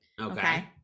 okay